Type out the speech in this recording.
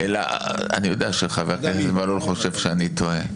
אני יודע שחבר הכנסת מלול חושב שאני טועה.